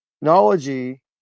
technology